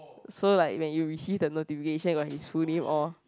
so like when you receive the notification got his full name all